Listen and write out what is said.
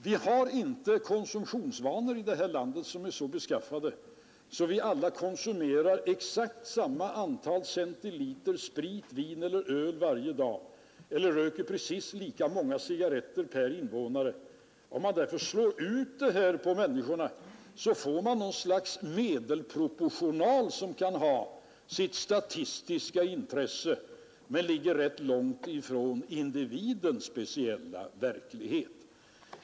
Vi har inte konsumtionsvanor i det här landet som är så beskaffade att vi alla konsumerar exakt samma antal centiliter sprit, vin eller öl varje dag eller röker precis lika många cigarretter per invånare. Om man därför slår ut en konsumtionen på människorna, får man något slags medelproportional som kan ha sitt statistiska intresse men som ligger rätt långt ifrån individens speciella verklighet.